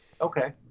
Okay